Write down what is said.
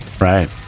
Right